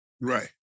Right